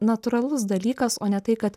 natūralus dalykas o ne tai kad